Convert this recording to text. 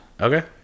Okay